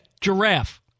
Giraffe